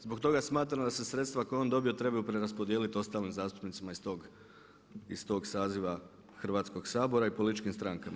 Zbog toga smatram da se sredstva koja je on dobio trebaju preraspodijeliti ostalim zastupnicima iz toga saziva Hrvatskoga sabora i političkim strankama.